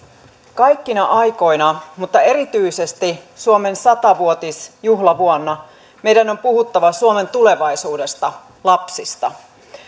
kaikkina aikoina mutta erityisesti suomen satavuotisjuhlavuonna meidän on puhuttava suomen tulevaisuudesta lapsista